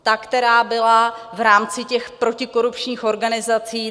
Ta, která byla v rámci těch protikorupčních organizací.